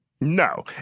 No